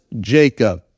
Jacob